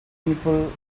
people